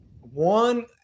One